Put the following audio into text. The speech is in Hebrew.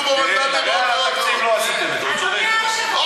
אתם עושים פיליבסטר לעצמכם?